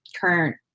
current